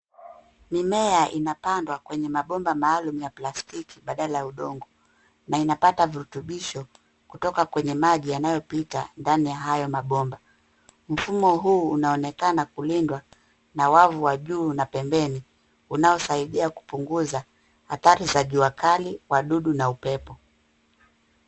Mimea inapandwa kwenye mabomba maalum ya plastiki badala ya udongo na inapata virutubisho kutoka kwenye maji yanayopita ndani ya hayo mabomba. Mfumo huu unaonekana kulindwa na wavu wa juu na pembeni unaosaidia kupunguza hatari za jua kali, wadudu na upepo.